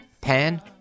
pan